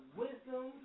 wisdom